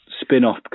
spin-off